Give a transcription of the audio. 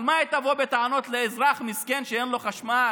על מה היא תבוא בטענות לאזרח מסכן שאין לו חשמל?